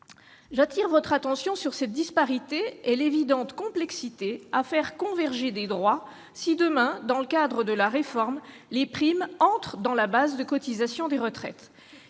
J'appelle votre attention sur cette disparité et l'évidente complexité à faire converger des droits, si, demain, dans le cadre de la réforme, les primes entrent dans la base de cotisation des retraites.